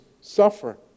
suffer